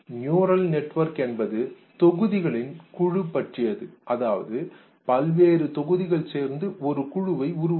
neural network என்பது தொகுதிகளின் குழு பற்றியது அதாவது பல்வேறு தொகுதிகள் சேர்ந்து ஒரு குழுவை உருவாக்கும்